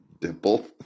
Dimple